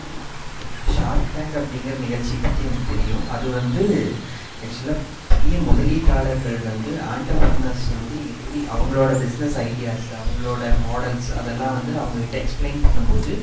okay Shark Tank அப்படிங்கிற நிகழ்ச்சியை பற்றி எனக்கு தெரியும் அது வந்து ஆக்ஷுவலா பெரிய முதலீட்டாளர்கள் வந்து ஆண்டபிரீனர்ஸ் வந்து எப்படி அவங்களோட பிஸ்னஸ் ஐடியாஸை அவங்களோட மாடல்ஸ் அதெல்லாம் வந்து அவங்கக்கிட்ட எக்ஸ்பிளைன் பண்ணும் போது